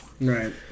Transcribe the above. Right